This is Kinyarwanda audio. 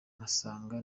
ngasanga